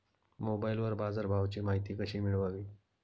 मोबाइलवर बाजारभावाची माहिती कशी मिळवावी?